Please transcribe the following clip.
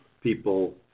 people